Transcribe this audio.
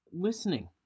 listening